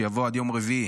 שיבוא עד יום רביעי.